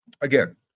Again